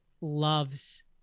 loves